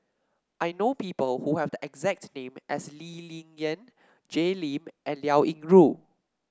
I know people who have the exact name as Lee Ling Yen Jay Lim and Liao Yingru